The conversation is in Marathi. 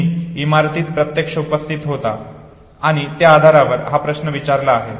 तुम्ही इमारतीत प्रत्यक्षात उपस्थित होता आणि त्या आधारावर हा प्रश्न विचारलेला आहे